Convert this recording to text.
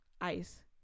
Ice